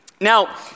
Now